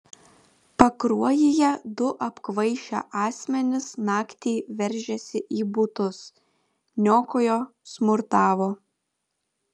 pakruojyje du apkvaišę asmenys naktį veržėsi į butus niokojo smurtavo